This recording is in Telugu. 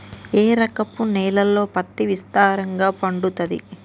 ఏ రకపు నేలల్లో పత్తి విస్తారంగా పండుతది?